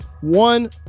One